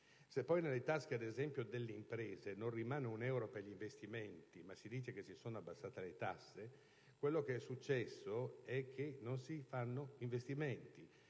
Se poi nelle tasche delle imprese non rimane un euro per gli investimenti e si dice che si sono abbassate le tasse, quello che succede è che non si fanno investimenti,